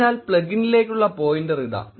അതിനാൽ പ്ലഗിന്നിലേക്കുള്ള പോയിന്റർ ഇതാ